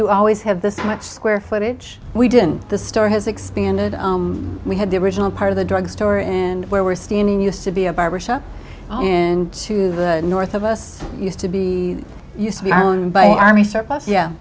you always have this much square footage we didn't the store has expanded we had the original part of the drugstore and where we're standing used to be a barber shop and to the north of us used to be used to be our own by army surplus yeah